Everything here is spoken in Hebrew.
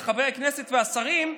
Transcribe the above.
את חברי הכנסת והשרים,